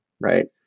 right